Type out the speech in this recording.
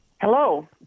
Hello